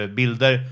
bilder